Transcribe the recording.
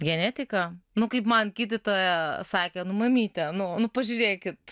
genetika nu kaip man gydytoja sakė nu mamyte nu nu pažiūrėkit